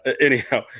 anyhow